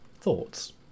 Thoughts